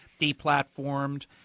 deplatformed